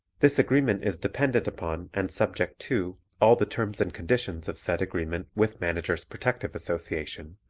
this agreement is dependent upon and subject to all the terms and conditions of said agreement with managers' protective association,